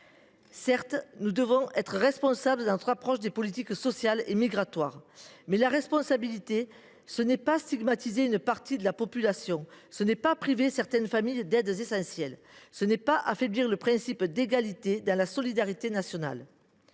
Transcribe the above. Certes, nous devons être responsables dans notre approche des politiques sociales et migratoires. Mais la responsabilité, ce n’est pas stigmatiser une partie de la population, ce n’est pas priver certaines familles d’aides essentielles, ce n’est pas affaiblir le principe d’égalité devant la solidarité nationale.